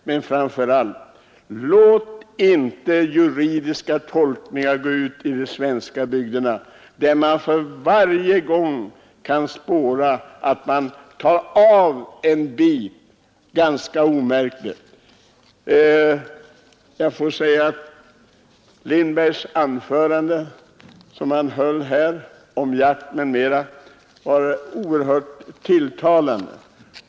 Låt oss inte genom juridiska tolkningar bit för bit och ganska omärkligt nagga på allemansrätten. Herr Lindbergs anförande om jakt m.m. var oerhört tilltalande.